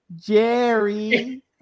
Jerry